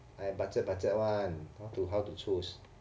I budget budget one how to how to choose